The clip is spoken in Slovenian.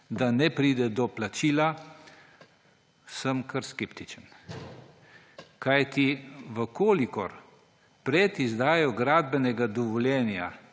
da ne pride do plačila, sem kar skeptičen. Kajti če pred izdajo gradbenega dovoljenja